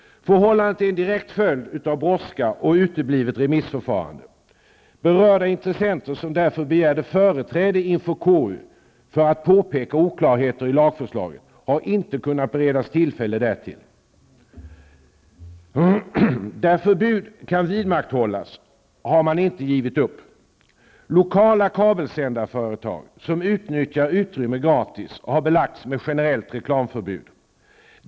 Förhållandet är en direkt följd av brådska och uteblivet remissförfarande. Berörda intressenter som därför begärde företräde inför KU för att påpeka oklarheter i lagförslaget har inte kunnat beredas tillfälle därtill. Där förbud kan vidmakthållas har man inte givit upp. Lokala kabelsändarföretag som utnyttjar utrymme gratis har belagts med generellt reklamförbud.